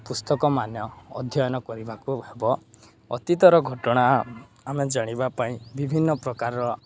ପୁସ୍ତକମାନ ଅଧ୍ୟୟନ କରିବାକୁ ହେବ ଅତୀତର ଘଟଣା ଆମେ ଜାଣିବା ପାଇଁ ବିଭିନ୍ନପ୍ରକାରର